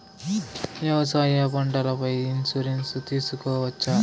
వ్యవసాయ పంటల పై ఇన్సూరెన్సు తీసుకోవచ్చా?